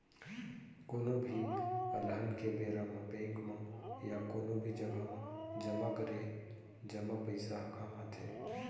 कोनो भी अलहन के बेरा म बेंक म या कोनो भी जघा म जमा करे जमा पइसा ह काम आथे